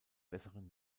besseren